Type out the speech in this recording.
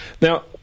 now